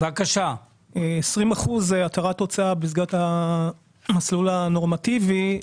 20% התרת הוצאה במסגרת המסלול הנורמטיבי,